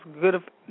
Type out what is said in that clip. good